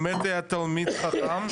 באמת היה תלמיד חכם.